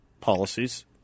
policies –